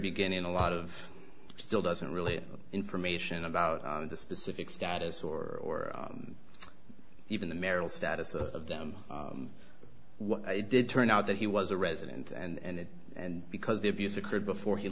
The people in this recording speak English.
beginning a lot of still doesn't really information about the specific status or even the marital status of them i did turned out that he was a resident and and because the abuse occurred before he